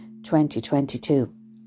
2022